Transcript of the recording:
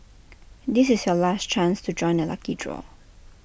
this is your last chance to join the lucky draw